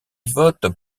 votes